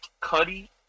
Cuddy